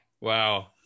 Wow